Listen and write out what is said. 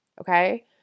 okay